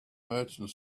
merchant